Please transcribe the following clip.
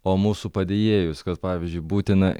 o mūsų padėjėjus kad pavyzdžiui būtina